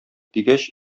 дигәч